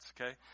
okay